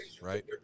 Right